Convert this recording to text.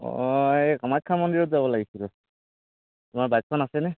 অঁ এই কামাখ্যা মন্দিৰত যাব লাগিছিলে তোমাৰ বাইকখন আছেনে